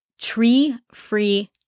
tree-free